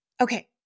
Okay